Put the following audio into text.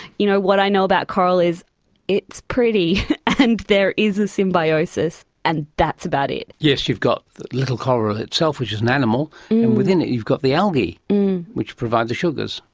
you know, what i know about coral is it's pretty and there is a symbiosis, and that's about it. yes, you've got the little coral itself, which is an animal, and within it you've got the algae which provides the sugars,